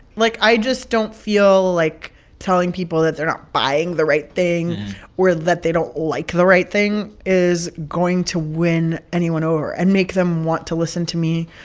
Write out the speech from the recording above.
like, i just don't feel like telling people that they're not buying the right thing or that they don't like the right thing is going to win anyone over and make them want to listen to me.